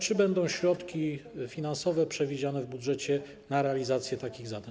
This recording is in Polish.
Czy będą środki finansowe przewidziane w budżecie na realizację takich zadań?